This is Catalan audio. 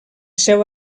seu